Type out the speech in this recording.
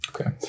okay